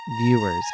viewers